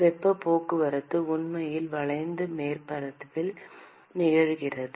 வெப்பப் போக்குவரத்து உண்மையில் வளைந்த மேற்பரப்பில் நிகழ்கிறது